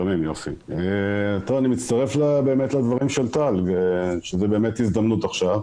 אני מצטרף לדברים של טל, שזו באמת הזדמנות עכשיו.